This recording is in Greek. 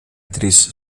τρεις